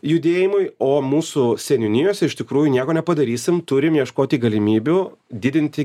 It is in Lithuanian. judėjimui o mūsų seniūnijose iš tikrųjų nieko nepadarysim turim ieškoti galimybių didinti